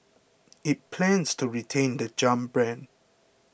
it plans to retain the Jump brand